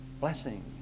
Blessing